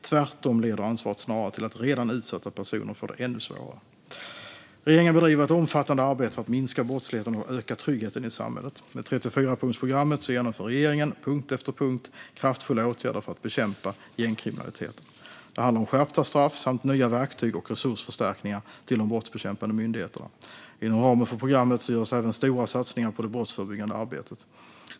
Tvärtom leder ansvaret snarare till att redan utsatta personer får det ännu svårare. Regeringen bedriver ett omfattande arbete för att minska brottsligheten och öka tryggheten i samhället. Med 34-punktsprogrammet genomför regeringen, på punkt efter punkt, kraftfulla åtgärder för att bekämpa gängkriminaliteten. Det handlar om skärpta straff samt nya verktyg och resursförstärkningar till de brottsbekämpande myndigheterna. Inom ramen för programmet görs även stora satsningar på det brottsförebyggande arbetet.